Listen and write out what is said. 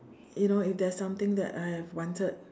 you know if there is something that I have wanted